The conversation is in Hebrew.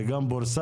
זה גם פורסם,